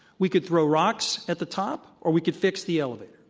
we could throw rocks at the top or we could fix the elevator.